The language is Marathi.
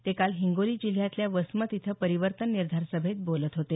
ते काल हिंगोली जिल्ह्यातल्या वसमत इथं परिवर्तन निर्धार सभेत बोलत होते